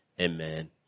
amen